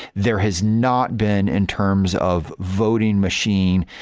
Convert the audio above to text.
there has not been in terms of voting machine,